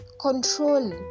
control